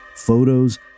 photos